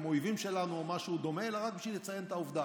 האויבים שלנו או משהו דומה אלא רק בשביל לציין את העובדה.